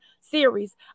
series